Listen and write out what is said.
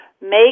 make